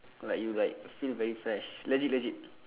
like you like feel very fresh legit legit